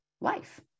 life